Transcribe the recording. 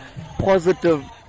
positive